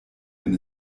wenn